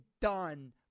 done